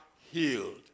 healed